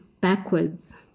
backwards